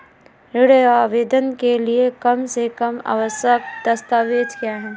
ऋण आवेदन के लिए कम से कम आवश्यक दस्तावेज़ क्या हैं?